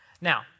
Now